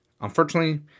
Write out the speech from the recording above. Unfortunately